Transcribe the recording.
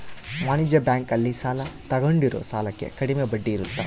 ವಾಣಿಜ್ಯ ಬ್ಯಾಂಕ್ ಅಲ್ಲಿ ಸಾಲ ತಗೊಂಡಿರೋ ಸಾಲಕ್ಕೆ ಕಡಮೆ ಬಡ್ಡಿ ಇರುತ್ತ